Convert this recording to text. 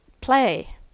play